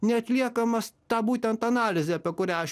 neatliekamas ta būtent analizė apie kurią aš